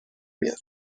میاد